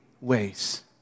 ways